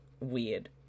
weird